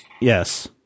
Yes